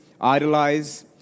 idolize